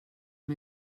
amb